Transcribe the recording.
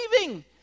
leaving